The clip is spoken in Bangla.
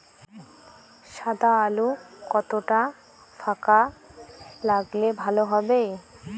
সাদা আলু কতটা ফাকা লাগলে ভালো হবে?